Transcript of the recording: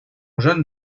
jeune